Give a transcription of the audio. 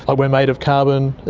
ah we're made of carbon,